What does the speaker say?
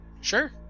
Sure